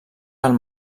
del